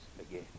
again